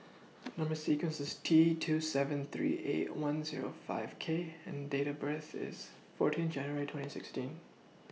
Number sequence IS T two seven three eight one Zero five K and Date of birth IS fourteen January twenty sixteen